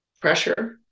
pressure